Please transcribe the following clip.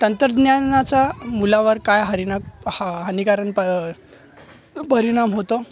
तंत्रज्ञानाचा मुलावर काय हरिना हा हानिकारन प परिणाम होतो